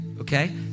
okay